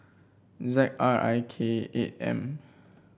Z R I K eight M